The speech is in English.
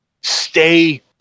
stay